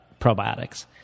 probiotics